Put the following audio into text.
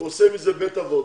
עושה את זה בית אבות,